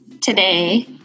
today